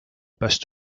best